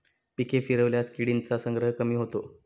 पिके फिरवल्यास किडींचा संग्रह कमी होतो